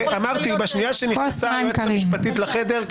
בשנייה שנכנסה היועצת המשפטית לחדר,